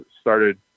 started